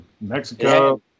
mexico